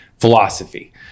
philosophy